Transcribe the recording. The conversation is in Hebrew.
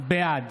בעד